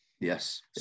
Yes